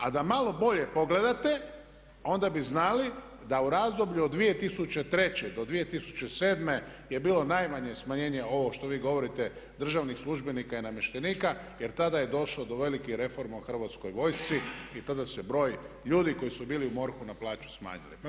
A da malo bolje pogledate onda bi znali da u razdoblju od 2003. do 2007. je bilo najmanje smanjenje ovo što vi govorite državnih službenika i namještenika jer tada je došlo do velikih reforma u Hrvatskoj vojsci i tada se broj ljudi koji su bili u MORH-u na plaći smanjio.